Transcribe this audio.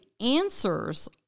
answers